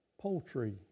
Poultry